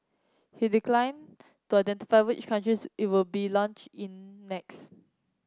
he declined to identify which other countries it would be launch in next